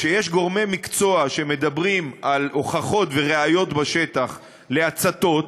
כשיש גורמי מקצוע שמדברים על הוכחות וראיות בשטח להצתות,